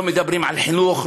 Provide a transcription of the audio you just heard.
לא מדברים על חינוך,